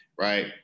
right